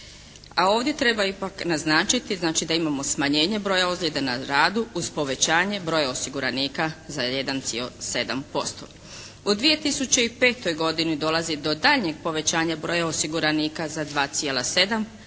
A ovdje treba ipak naznačiti, znači da imamo smanjen je broja ozljeda na radu uz povećanje broja osiguranika za 1,7%. U 2005. dolazi do daljnjeg povećanja broja osiguranika za 2,7